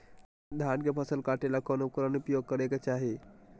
धान के फसल काटे ला कौन उपकरण उपयोग करे के चाही?